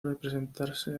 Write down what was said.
representarse